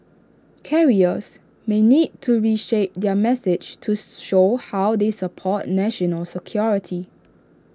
carriers may need to reshape their message to show how they support national security